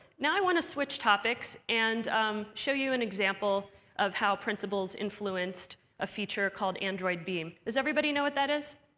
now, i want to switch topics and um show you an example of how principles influenced a feature called android beam. does everybody know what that is?